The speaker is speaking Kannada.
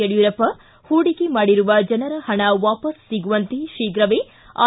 ಯಡ್ಗೂರಪ್ಪ ಹೂಡಿಕೆ ಮಾಡಿರುವ ಜನರ ಹಣ ವಾಪಸ್ಗೆ ಸಿಗುವಂತೆ ಶೀಘವೇ ಐ